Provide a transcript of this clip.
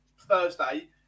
Thursday